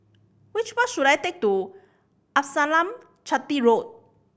which bus should I take to Amasalam Chetty Road